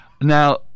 Now